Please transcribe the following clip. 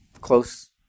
close